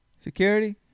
Security